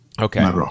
okay